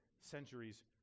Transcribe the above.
centuries